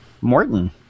Morton